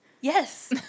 Yes